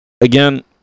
Again